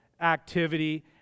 activity